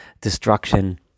destruction